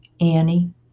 Annie